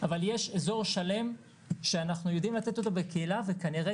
אבל יש אזור שלם שאנחנו יודעים לתת אותו בקהילה וכנראה